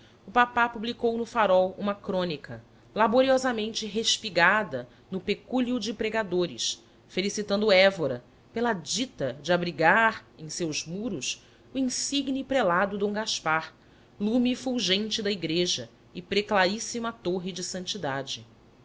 o papá publicou no farol uma crônica laboriosamente respigada no pecúlio de pregadores felicitando évora pela dita de abrigar em seus muros o insigne prelado d gaspar lume fulgente da igreja e preclaríssima torre de santidade